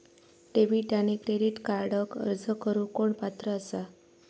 Debit आणि credit कार्डक अर्ज करुक कोण पात्र आसा?